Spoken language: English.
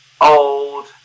Old